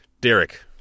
Derek